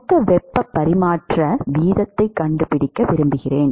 மொத்த வெப்ப பரிமாற்ற வீதத்தைக் கண்டுபிடிக்க விரும்புகிறேன்